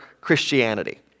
Christianity